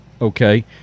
Okay